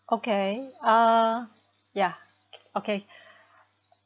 okay uh ya okay